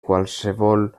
qualsevol